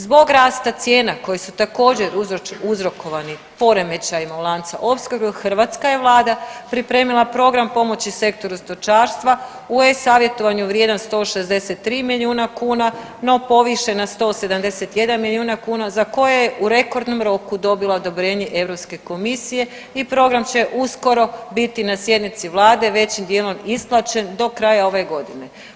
Zbog rasta cijena koje su također, uzrokovani poremećajima lanca opskrbe, hrvatska je Vlada pripremila program pomoći sektoru stočarstva u e-Savjetovanju vrijedan 163 milijuna kuna, no povišen na 171 milijuna kuna, za koje je u rekordnom roku dobila odobrenje EU komisije i program će uskoro biti na sjednici Vlade većim dijelom isplaćen do kraja ove godine.